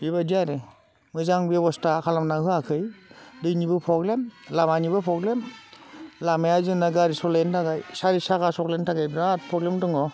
बेबायदि आरो मोजां बेबस्था खालामनानै होआखै दैनिबो प्रब्लेम लामानिबो प्रब्लेम लामाया जोंना गारि सालायनो थाखाय सारि साखा सालायनो थाखाय बेराद प्रब्लेम दङ